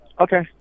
Okay